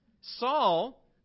Saul